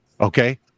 Okay